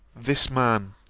this man,